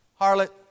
harlot